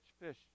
fish